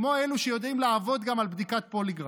כמו אלו שיודעים לעבוד גם על בדיקת פוליגרף.